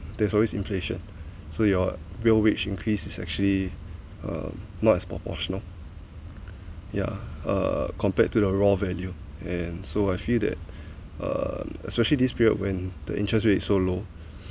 there's always inflation so your real wage increase is actually uh not as proportional yeah uh compared to the raw value and so I feel that uh especially this period when the interest rate is so low